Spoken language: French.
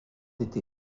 été